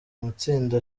amatsinda